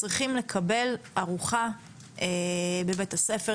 צריכים לקבל ארוחה בבית הספר,